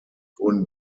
wurden